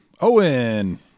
Owen